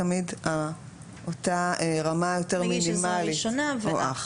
תמיד אותה רמה מינימאלית או אח.